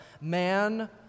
man